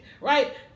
right